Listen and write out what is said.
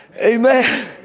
Amen